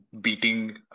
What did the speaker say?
beating